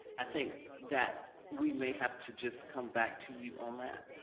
i think that we may have to just come back to you on that,